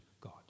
God